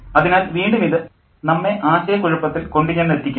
അതിനാൽ വീണ്ടും ഇത് നമ്മെ ആശയക്കുഴപ്പത്തിൽ കൊണ്ടുചെന്നെത്തിക്കുന്നു